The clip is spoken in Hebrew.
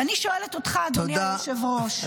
ואני שואלת אותך, אדוני היושב-ראש -- תודה.